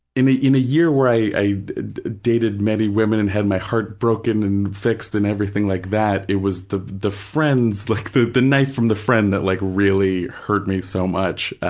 in a in a year where i dated many women and had my heart broken and fixed and everything like that, it was the the friends, like the the knife from the friend that like really hurt me so much.